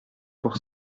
pour